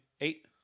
Eight